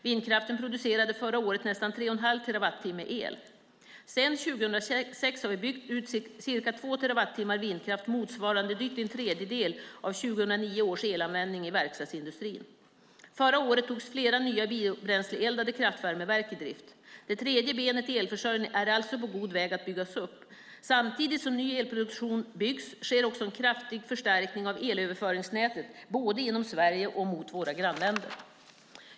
Vindkraften producerade förra året nästan 3,5 terawattimmar el. Sedan 2006 har vi byggt ut ca 2 terawattimmar vindkraft motsvarande drygt en tredjedel av 2009 års elanvändning i verkstadsindustrin. Förra året togs flera nya biobränsleeldade kraftvärmeverk i drift. Det tredje benet i elförsörjningen är alltså på god väg att byggas upp. Samtidigt som ny elproduktion byggs sker också en kraftig förstärkning av elöverföringsnätet - både inom Sverige och mot våra grannländer.